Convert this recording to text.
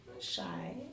shy